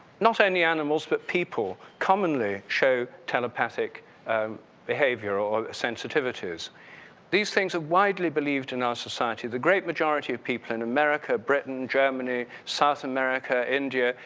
not only animals but people commonly show telepathic behavior or sensitivity, these things are wildly believe in our society, the great majority of people in america, britain, germany, south america, india,